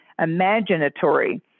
imaginatory